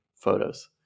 photos